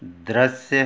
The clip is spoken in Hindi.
दृश्य